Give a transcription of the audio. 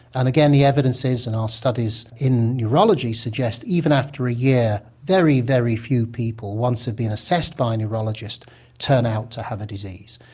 and again the evidence is and our studies in neurology suggest even after a year very, very few people once they've been assessed by a neurologist turn out to have a disease.